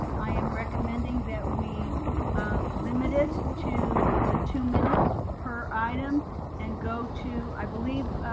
i am recommending that we limit it to the two minutes per item and go to, i believe